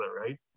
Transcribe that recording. right